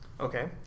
okay